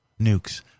nukes